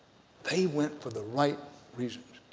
they went for the right reasons,